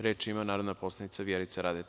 Reč ima narodna poslanica Vjerica Radeta.